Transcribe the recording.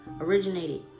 originated